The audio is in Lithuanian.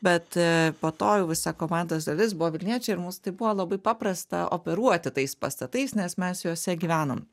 bet po to jau visa komandos dalis buvo vilniečiai ir mums tai buvo labai paprasta operuoti tais pastatais nes mes juose gyvenom